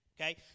okay